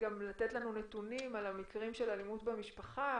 גם לתת לנו נתונים על המקרים של אלימות במשפחה,